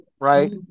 right